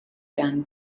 gun